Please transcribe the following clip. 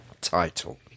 title